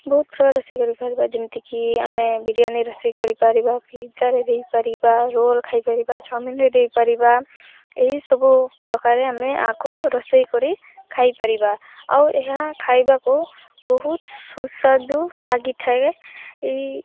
ବହୁତ ପ୍ରକାର ରୋଷେଇ କରିପାରିବା ଯେମିତିକି ଆମେ ବିରିୟାନୀ ରୋଷେଇ କରିପାରିବା ପିଜ୍ଜାରେ ଦେଇପାରିବା ରୋଲ୍ ଖାଇପାରିବା ଚାଓମିନ୍ରେ ଦେଇପାରିବା ଏହିସବୁ ପ୍ରକାରେ ଆମେ ଆକୁ ରୋଷେଇ କରି ଖାଇପାରିବା ଆଉ ଏହା ଖାଇବାକୁ ବହୁତ ସୁସ୍ୱାଦୁ ଲାଗିଥାଏ ଏଇ